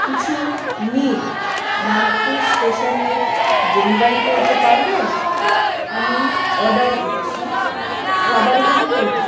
কিছু মিল নাগপুর স্টেশানে ডেলিভারি করতে পারবেন আমি অর্ডার দিচ্ছি খাবারগুলো হলো